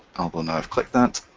will now have clicked that,